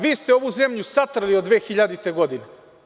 Vi ste ovu zemlju satrli od 2000-te godine.